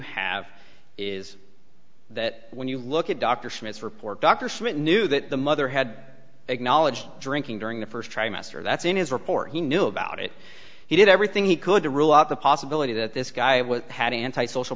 have is that when you look at dr smith's report dr smith knew that the mother had acknowledged drinking during the first trimester that's in his report he knew about it he did everything he could to rule out the possibility that this guy had an anti social